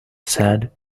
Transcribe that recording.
sad